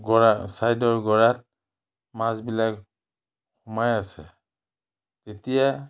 গৰা ছাইডৰ গৰাত মাছবিলাক সোমাই আছে এতিয়া